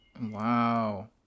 wow